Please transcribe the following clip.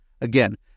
Again